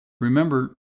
Remember